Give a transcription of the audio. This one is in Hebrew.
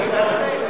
הצחקת אותם.